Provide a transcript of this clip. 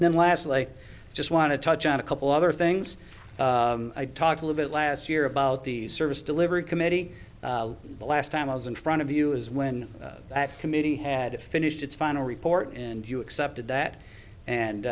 then lastly i just want to touch on a couple other things i'd talk a little bit last year about the service delivery committee the last time i was in front of you is when that committee had finished its final report and you accepted that and